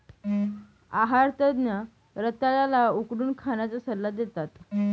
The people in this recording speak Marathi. आहार तज्ञ रताळ्या ला उकडून खाण्याचा सल्ला देतात